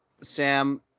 Sam